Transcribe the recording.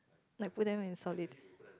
like put them in solid